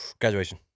Graduation